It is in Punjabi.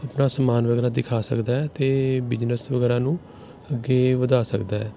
ਆਪਣਾ ਸਮਾਨ ਵਗੈਰਾ ਦਿਖਾ ਸਕਦਾ ਅਤੇ ਬਿਜਨਸ ਵਗੈਰਾ ਨੂੰ ਅੱਗੇ ਵਧਾ ਸਕਦਾ